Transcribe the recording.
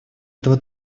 этого